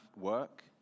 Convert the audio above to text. work